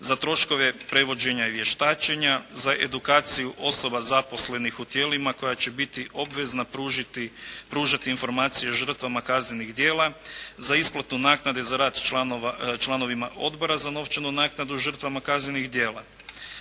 za troškove prevođenja i vještačenja, za edukaciju osoba zaposlenih u tijelima koja će biti obvezna pružiti, pružati informacije žrtvama kaznenih djela, za isplatu naknade za rad članova, članovima odbora za novčanu naknadu žrtvama kaznenih djela.